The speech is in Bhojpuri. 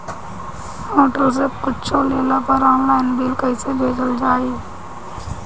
होटल से कुच्छो लेला पर आनलाइन बिल कैसे भेजल जाइ?